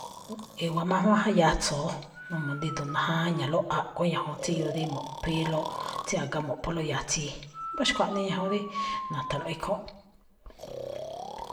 E̱wa̱á má máján yatso̱o, n uu dí ído̱ najáñalóꞌ, aꞌkho̱ ñajuun tsíyoo dí mu̱ꞌphíílóꞌ tsí a̱ga, mo̱ꞌpholóꞌ yatsii̱. Mbá xkuaꞌnii ñajuun dí na̱tha̱lo̱ꞌ ikhúúnꞌ.